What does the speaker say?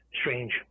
strange